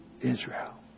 Israel